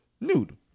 nude